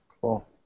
Cool